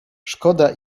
szkoda